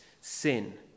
sin